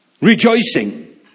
Rejoicing